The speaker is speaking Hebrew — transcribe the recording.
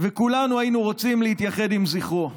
וכולנו היינו רוצים להתייחד עם זכרו.